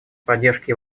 поддержке